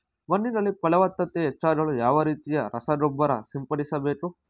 ಮಣ್ಣಿನಲ್ಲಿ ಫಲವತ್ತತೆ ಹೆಚ್ಚಾಗಲು ಯಾವ ರೀತಿಯ ರಸಗೊಬ್ಬರ ಸಿಂಪಡಿಸಬೇಕು?